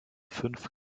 fünf